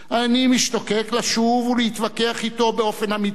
אני משתוקק לשוב ולהתווכח אתו, באופן אמיתי,